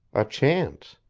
a chance.